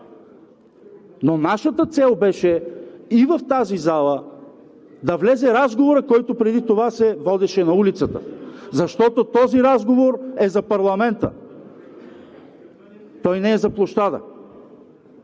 Но нашата цел беше и в тази зала да влезе разговорът, който преди това се водеше на улицата, защото този разговор е за парламента. Той не е за площада.